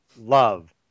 love